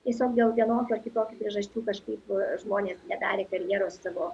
tiesiog dėl vienokių ar kitokių priežasčių kažkaip žmonės nedarė karjeros savo